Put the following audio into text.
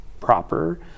proper